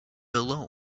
alone